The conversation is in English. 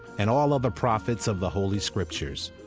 and all other prophets of the holy scriptures.